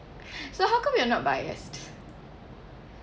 so how come you're not biased